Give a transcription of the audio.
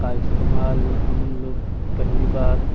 کا استعمال ہم لوگ پہلی بار